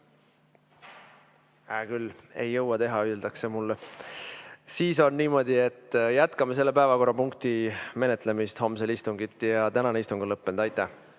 küll, ei jõua teha, öeldakse mulle. Siis on niimoodi, et jätkame selle päevakorrapunkti menetlemist homsel istungil ja tänane istung on lõppenud. Aitäh!